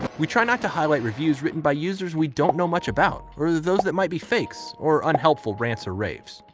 we try not to highlight reviews written by users we don't know much about or those that might be fakes or unhelpful rants or raves.